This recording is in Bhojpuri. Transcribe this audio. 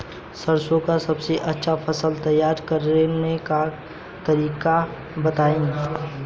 सरसों का सबसे अच्छा फसल तैयार करने का तरीका बताई